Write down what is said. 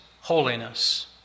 holiness